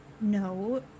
no